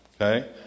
okay